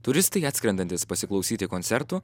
turistai atskrendantys pasiklausyti koncertų